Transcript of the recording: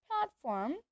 platform